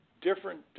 different